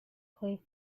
play